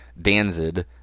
danzed